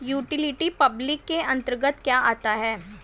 Utility public के अंतर्गत क्या आता है?